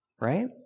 right